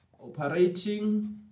operating